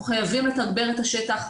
אנחנו חייבים לתגבר את השטח,